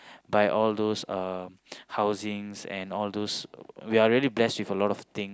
by all those um housings and all those we are really blessed with a lot of things